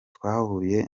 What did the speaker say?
twahuye